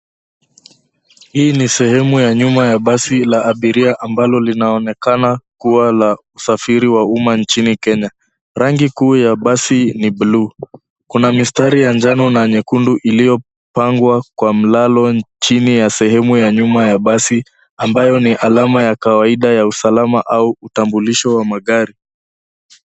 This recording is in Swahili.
Hii ni sehemu ya nyuma ya basi la abiria ambalo linaonekana kuwa la usafiri wa umma nchini Kenya. Rangi kuu ya basi ni buluu. Kuna mistari ya njano na nyekundu iliyopangwa kwa mlalo sehemu ya nyuma ya basi ambayo ni alama ya kawaida ya usalama au utambulisho wa magari.